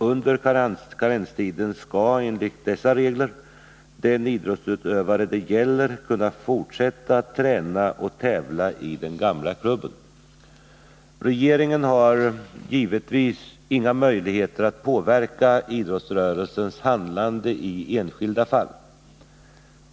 Under karenstiden skall enligt dessa regler den idrottsutövare det gäller kunna fortsätta att träna och tävla i den gamla klubben. Regeringen har givetvis inga möjligheter att påverka idrottsrörelsens handlande i enskilda fall.